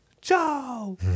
Joe